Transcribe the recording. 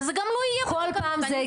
וזה גם לא יהיה חלק מהתקנות.